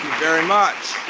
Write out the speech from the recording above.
very much.